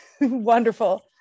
wonderful